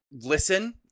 Listen